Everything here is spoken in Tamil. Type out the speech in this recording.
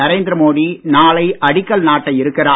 நரேந்திர மோடி நாளை அடிக்கல் நாட்ட இருக்கிறார்